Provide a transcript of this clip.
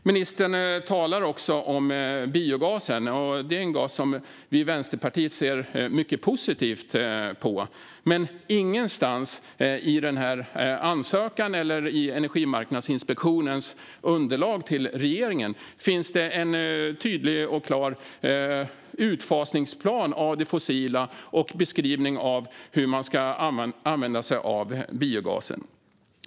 Ministern talar också om biogasen, som vi i Vänsterpartiet ser mycket positivt på. Men ingenstans i ansökan eller i Energimarknadsinspektionens underlag till regeringen finns det någon tydlig plan för utfasning av det fossila eller någon beskrivning av hur man ska använda sig av biogasen.